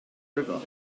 river